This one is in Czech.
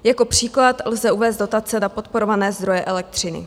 Jako příklad lze uvést dotace na podporované zdroje elektřiny.